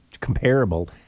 comparable